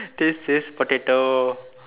this is potato